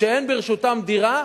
שאין ברשותם דירה,